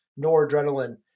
noradrenaline